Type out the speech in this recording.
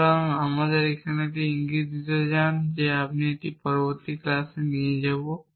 সুতরাং আমাকে এখানে একটি ইঙ্গিত দিতে দিন এবং আমরা এটি পরবর্তী ক্লাসে নিয়ে যাব